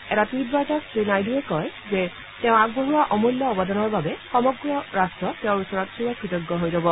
এটা টুইট বাৰ্তাত শ্ৰী নাইডুৱে কয় যে তেওঁ আগবঢ়োৱা অমূল্য অৱদানৰ বাবে সমগ্ৰ ৰাট্ট তেওঁৰ ওচৰত চিৰ কৃতজ্ঞ হৈ ৰব